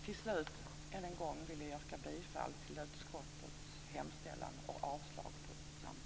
Till slut vill jag än en gång yrka bifall till utskottets hemställan och avslag på samtliga reservationer.